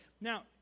Now